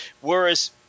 Whereas